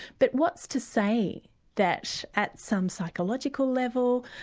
but what's to say that at some psychological level,